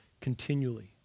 continually